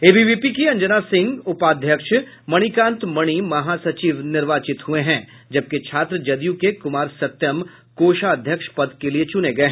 ABVP की अंजना सिंह उपाध्यक्ष मणिकांत मणि महासचिव निर्वाचित हुए है जबकि छात्र जदयू के कुमार सत्यम कोषाध्यक्ष पद के लिए चुने गये